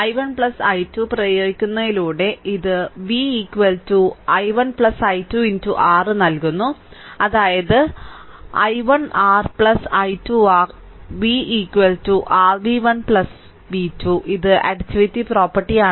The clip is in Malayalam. I1 i2 പ്രയോഗിക്കുന്നതിലൂടെ ഇത് v i1 i2 R നൽകുന്നു അതായത് i1 r i2 R v r v1 v2 ഇത് അഡിറ്റിവിറ്റി പ്രോപ്പർട്ടിയാണ്